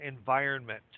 environment